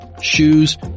shoes